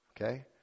Okay